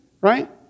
right